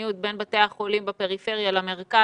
בשוויוניות בין בתי חולים בפריפריה למרכז.